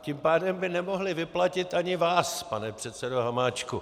Tím pádem by nemohli vyplatit ani vás, pane předsedo Hamáčku.